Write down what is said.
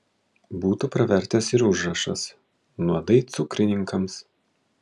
būtų pravertęs ir užrašas nuodai cukrininkams